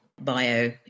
bio